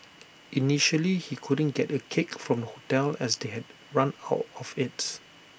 initially he couldn't get A cake from hotel as they had run out of IT